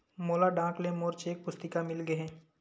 मोला डाक ले मोर चेक पुस्तिका मिल गे हे